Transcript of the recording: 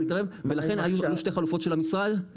ולכן היו שתי חלופות של המשרד לתת מענה.